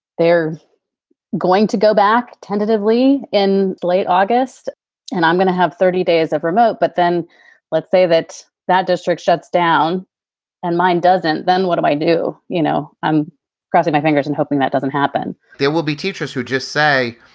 they're going to go back tentatively in late august and i'm going to have thirty days of remote. but then let's say that that district shuts down and mine doesn't. then what do i do? you know, i'm crossing my fingers and hoping that doesn't happen there will be teachers who just say,